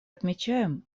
отмечаем